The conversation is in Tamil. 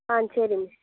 ஆ சரி மிஸ்